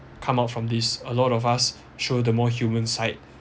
come out from this a lot of us showed the more human side